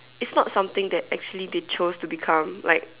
it's not something that actually they chose to become like